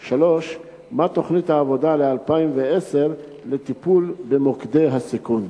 3. מה היא תוכנית העבודה ל-2010 לטיפול במוקדי הסיכון?